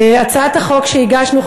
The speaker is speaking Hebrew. הצעת החוק שהגשנו,